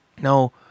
Now